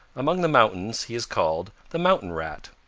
among the mountains he is called the mountain rat.